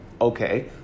Okay